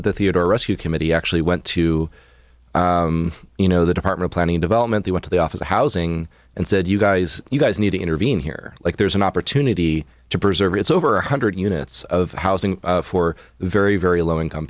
of the theater rescue committee actually went to you know the department planning development they went to the office of housing and said you guys you guys need to intervene here like there's an opportunity to preserve it's over one hundred units of housing for very very low income